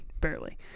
barely